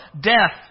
Death